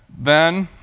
then